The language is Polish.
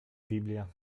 biblia